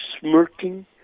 smirking